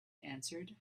answered